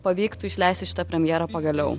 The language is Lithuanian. pavyktų išleisti šitą premjerą pagaliau